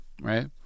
right